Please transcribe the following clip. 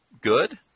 good